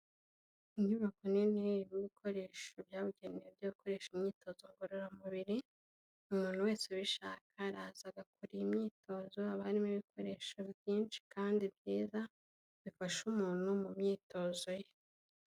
Inyubako nini irimo ibikoresho byabugenewe byo gukoresha imyitozo ngororamubiri, umuntu wese ubishaka araza agakora imyitozo, haba harimo ibikoresho byinshi kandi byiza, bifasha umuntu mu myitozo ye.